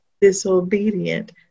disobedient